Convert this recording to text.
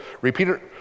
repeated